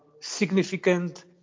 significant